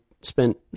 spent